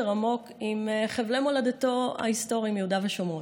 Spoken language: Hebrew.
עמוק עם חבלי מולדתו ההיסטוריים ביהודה ושומרון.